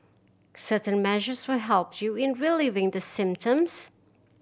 certain measures will help you in relieving the symptoms